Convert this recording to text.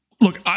look